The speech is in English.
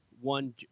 one